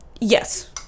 Yes